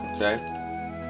Okay